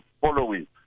following